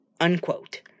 Unquote